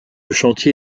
chantier